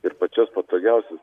ir pačias patogiausias